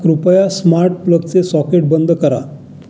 कृपया स्मार्ट प्लगचे सॉकेट बंद करा